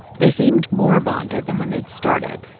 they seemed more bonded than when they'd started,